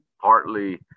partly